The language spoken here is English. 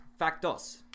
Factos